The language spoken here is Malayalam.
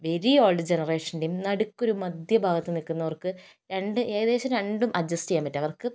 വെരി ഓൾഡ് ജനറേഷൻ്റെയും നടുക്ക് മധ്യഭാഗത്ത് നിൽക്കുന്നവർക്ക് രണ്ട് ഏകദേശം രണ്ടും അഡ്ജസ്റ്റ് ചെയ്യാൻ പറ്റും